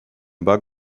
bug